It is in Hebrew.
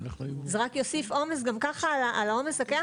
זה רק יוסיף עומס גם ככה על העומס הקיים.